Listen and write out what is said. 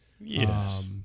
Yes